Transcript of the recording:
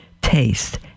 Taste